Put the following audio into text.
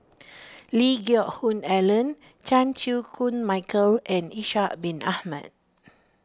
Lee Geck Hoon Ellen Chan Chew Koon Michael and Ishak Bin Ahmad